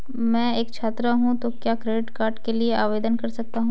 मैं एक छात्र हूँ तो क्या क्रेडिट कार्ड के लिए आवेदन कर सकता हूँ?